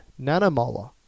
nanomolar